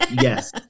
Yes